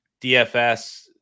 DFS